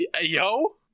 yo